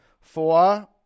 Four